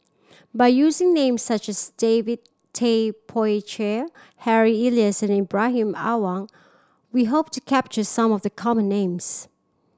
by using names such as David Tay Poey Cher Harry Elias and Ibrahim Awang we hope to capture some of the common names